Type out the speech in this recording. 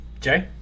Jay